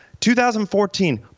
2014